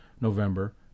November